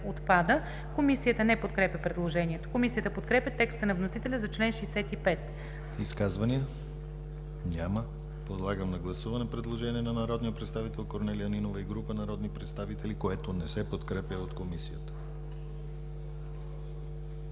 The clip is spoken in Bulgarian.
Комисията не подкрепя предложението. Комисията подкрепя текста на вносителя за чл. 65. ПРЕДСЕДАТЕЛ ДИМИТЪР ГЛАВЧЕВ: Изказвания? Няма. Подлагам на гласуване предложение на народния представител Корнелия Нинова и група народни представители, което не се подкрепя от Комисията.